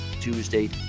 Tuesday